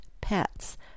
pets